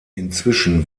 inzwischen